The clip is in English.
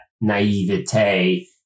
naivete